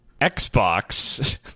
Xbox